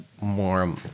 more